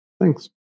Thanks